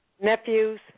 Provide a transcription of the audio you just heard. Nephews